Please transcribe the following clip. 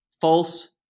false